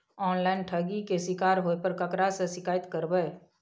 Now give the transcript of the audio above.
Online ठगी के शिकार होय पर केकरा से शिकायत करबै?